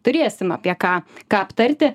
turėsim apie ką ką aptarti